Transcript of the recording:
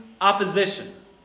opposition